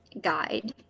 guide